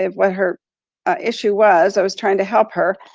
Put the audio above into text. what her issue was, i was trying to help her.